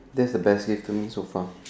that's the best gift to me so far